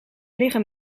liggen